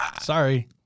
Sorry